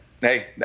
hey